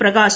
Prakash